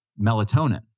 melatonin